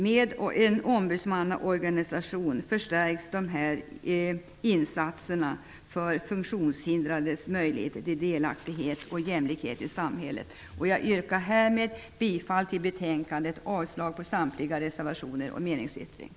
Med en ombudsmannaorganisation förstärks insatserna för att funktionshindrade skall få möjligheter till delaktighet och jämlikhet i samhället. Jag yrkar härmed bifall till hemställan i betänkandet och avslag på samtliga reservationer och meningsyttringen.